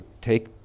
take